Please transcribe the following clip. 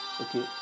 okay